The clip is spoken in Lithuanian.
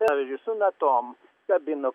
pavydžiui su natom kabino